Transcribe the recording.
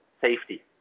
safety